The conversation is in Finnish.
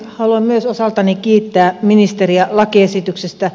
haluan myös osaltani kiittää ministeriä lakiesityksestä